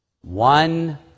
One